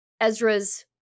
Ezra's